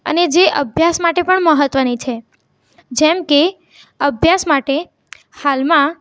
અને જે અભ્યાસ માટે પણ મહત્ત્વની છે જેમ કે અભ્યાસ માટે હાલમાં